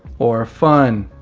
or fun,